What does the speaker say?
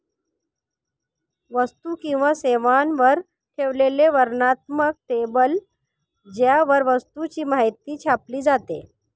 वस्तू किंवा सेवांवर ठेवलेले वर्णनात्मक लेबल ज्यावर वस्तूची माहिती छापली जाते